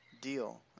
deal